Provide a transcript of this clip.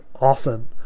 often